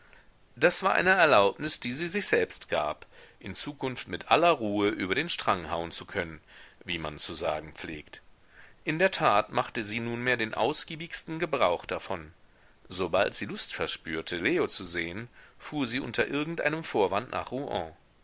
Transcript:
das war eine art erlaubnis die sie sich selbst gab in zukunft mit aller ruhe über den strang hauen zu können wie man zu sagen pflegt in der tat machte sie nunmehr den ausgiebigsten gebrauch davon sobald sie lust verspürte leo zu sehen fuhr sie unter irgendeinem vorwand nach rouen